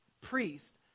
priest